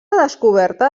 descoberta